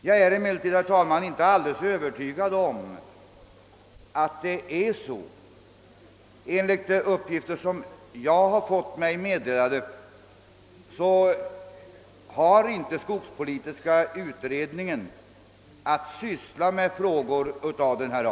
Jag är emellertid inte helt övertygad om att så är fallet. Enligt de uppgifter jag inhämtat har skogspolitiska utredningen inte i uppdrag att ägna sig åt frågor av denna art.